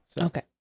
Okay